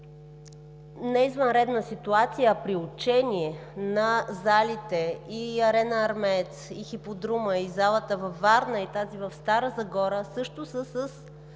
неизвънредна ситуация, а при учение – на залите „Арена Армеец“ и „Хиподрума“, и залата във Варна, и тази в Стара Загора, също са